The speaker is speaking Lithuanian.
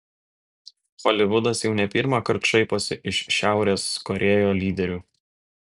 holivudas jau ne pirmąkart šaiposi iš šiaurės korėjo lyderių